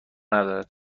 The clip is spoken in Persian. ندارد